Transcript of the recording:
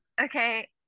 Okay